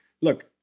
look